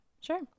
Sure